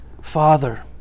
Father